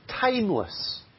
timeless